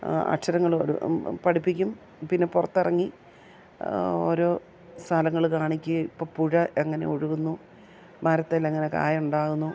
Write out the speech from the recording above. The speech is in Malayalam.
അക്ഷരങ്ങൾ പഠിപ്പിക്കും പിന്നെ പുറത്തിറങ്ങി ഓരോ സ്ഥലങ്ങൾ കാണിക്കുകയും ഇപ്പോൾ പുഴ എങ്ങനെ ഒഴുകുന്നു മരത്തിൽ എങ്ങനെ കായ ഉണ്ടാകുന്നു